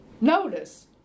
notice